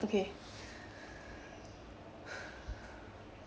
okay